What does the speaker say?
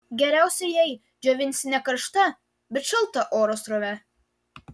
geriausia jei džiovinsi ne karšta bet šalta oro srove